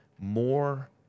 more